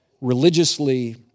religiously